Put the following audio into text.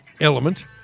element